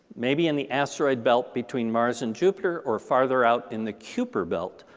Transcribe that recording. maybe in the asteroid belt between mars and jupiter or farther out in the kuiper belt,